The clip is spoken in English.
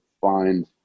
find –